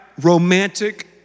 romantic